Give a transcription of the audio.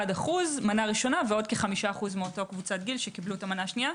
מנה ראשונה ועוד כ-5% מאותה קבוצת גיל שקיבלו את המנה השנייה.